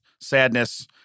Sadness